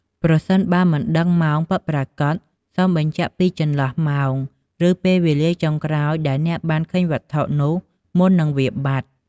ប្រសិនបើមិនដឹងម៉ោងពិតប្រាកដ សូមបញ្ជាក់ពីចន្លោះម៉ោង ឬពេលវេលាចុងក្រោយដែលអ្នកបានឃើញវត្ថុនោះ មុននឹងវាបាត់។